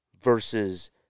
versus